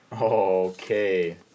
Okay